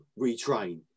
retrain